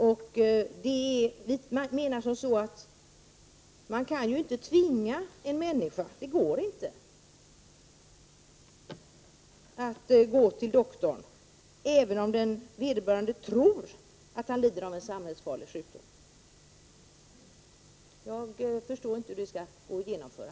Vi anser att man inte kan tvinga en människa att gå till doktorn, även om han tror att han lider av en samhällsfarlig sjukdom. Jag förstår inte hur det skulle kunna gå att genomföra.